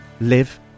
live